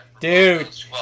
Dude